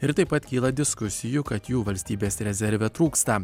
ir taip pat kyla diskusijų kad jų valstybės rezerve trūksta